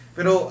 Pero